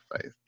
faith